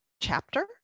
chapter